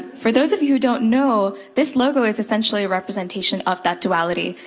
for those of yo who don't know, this logo is essentially a representation of that duality.